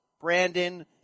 Brandon